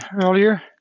earlier